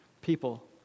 people